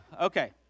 okay